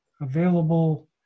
available